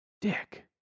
Dick